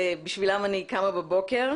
שבשבילם אני קמה בבוקר.